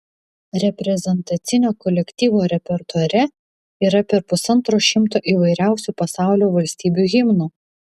reprezentacinio kolektyvo repertuare yra per pusantro šimto įvairiausių pasaulio valstybių himnų